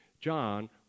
John